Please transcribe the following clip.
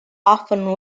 often